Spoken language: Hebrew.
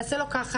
נעשה לו ככה,